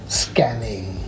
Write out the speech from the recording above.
scanning